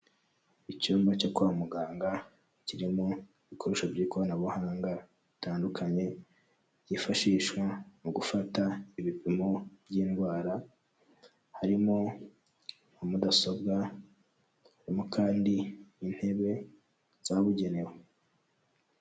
Icyumba cyo kwa muganga, kirimo ibikoresho by'ikoranabuhanga bitandukanye byifashishwa mu gufata ibipimo by'indwara, harimo nka mudasobwa harimo kandi intebe zabugenewe.